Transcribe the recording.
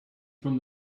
from